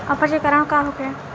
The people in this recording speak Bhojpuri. अपच के कारण का होखे?